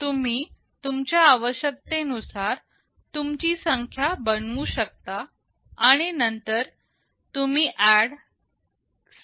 तुम्ही तुमच्या आवश्यकते नुसार तुमची संख्या बनवू शकता आणि नंतर तुम्ही ADD SUB इत्यादि करू शकता